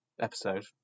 episode